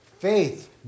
faith